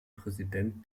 präsident